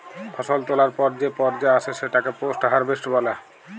ফসল তোলার পর যে পর্যা আসে সেটাকে পোস্ট হারভেস্ট বলে